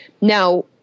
Now